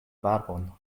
barbon